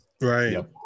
right